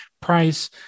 price